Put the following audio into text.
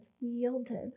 yielded